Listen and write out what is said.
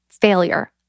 failure